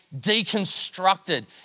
deconstructed